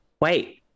wait